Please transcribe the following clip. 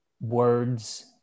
words